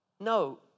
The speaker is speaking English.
No